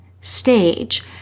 stage